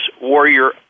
warrior